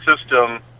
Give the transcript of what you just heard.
system